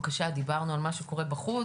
דיברנו על מה שקורה בחוץ,